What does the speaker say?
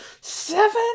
seven